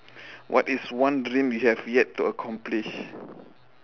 what is one dream you have yet to accomplish